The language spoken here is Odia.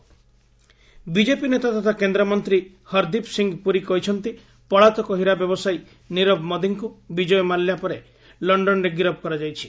ପ୍ନରୀ ନୀରବ ମୋଦି ବିଜେପି ନେତା ତଥା କେନ୍ଦ୍ରମନ୍ତ୍ରୀ ହରଦୀପ ସିଂ ପୁରୀ କହିଛନ୍ତି ପଳାତକ ହୀରା ବ୍ୟବସାୟ ନୀରବ ମୋଦିଙ୍କୁ ବିଜୟ ମାଲ୍ୟାଙ୍କ ପରେ ଲଣ୍ଣନରେ ଗିରଫ କରାଯାଇଛି